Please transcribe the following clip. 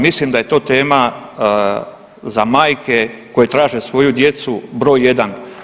Mislim da je to tema za majke koje traže svoju djecu broj jedan.